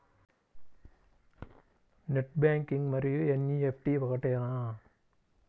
Net banking మరియు NEFT ఒకటేనా?